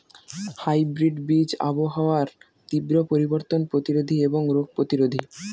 hybrid বীজ আবহাওয়ার তীব্র পরিবর্তন প্রতিরোধী এবং রোগ প্রতিরোধী